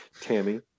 Tammy